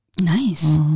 Nice